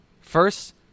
first